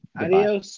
Adios